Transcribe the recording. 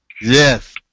Yes